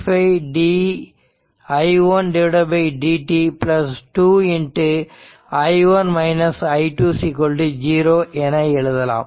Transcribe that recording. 5 di1 dt 2 i1 i2 0 என எழுதலாம்